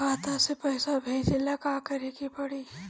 खाता से पैसा भेजे ला का करे के पड़ी?